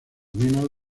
minas